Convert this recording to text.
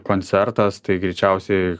koncertas tai greičiausiai